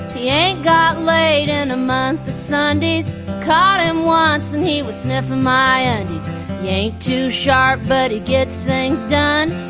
yeah he got laid in a month. sundays caught him once and he was sniffing my ah way to sha but it gets things done.